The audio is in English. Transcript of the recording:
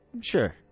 Sure